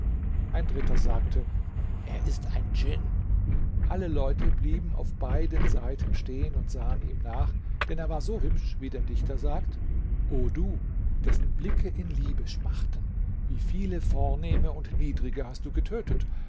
ein dritter sagte er ist ein djinn alle leute blieben auf beiden seiten stehen und sahen ihm nach denn er war so hübsch wie der dichter sagt o du dessen blicke in liebe schmachten wie viele vornehme und niedrige hast du getötet